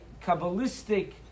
Kabbalistic